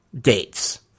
dates